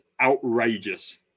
outrageous